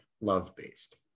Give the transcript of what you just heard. love-based